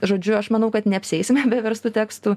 žodžiu aš manau kad neapsieisime be verstų tekstų